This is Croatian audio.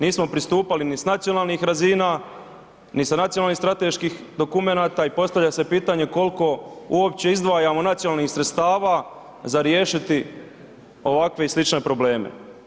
Nismo pristupali ni s nacionalnih razina, ni sa nacionalnih strateških dokumenata i postavlja se pitanje koliko uopće izdvajamo nacionalnih sredstava za riješiti ovakve i slične probleme.